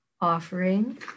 offering